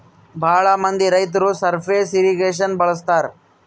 ಭಾಳ ಮಂದಿ ರೈತರು ಸರ್ಫೇಸ್ ಇರ್ರಿಗೇಷನ್ ಬಳಸ್ತರ